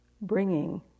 bringing